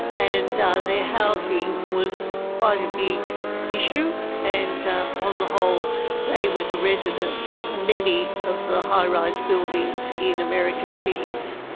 and their housing was quite a big issue and on the whole they were the residents of many of the high-rise buildings in american cities.